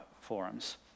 forums